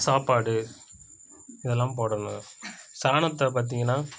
சாப்பாடு இதெல்லாம் போடணும் சாணத்தை பார்த்திங்கன்னா